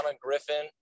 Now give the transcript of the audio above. griffin